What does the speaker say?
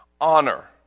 Honor